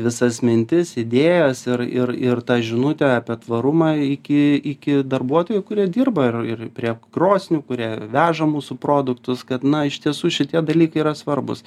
visas mintis idėjas ir ir ir ta žinutė apie tvarumą iki iki darbuotojų kurie dirba ir ir prie krosnių kurie veža mūsų produktus kad na iš tiesų šitie dalykai yra svarbūs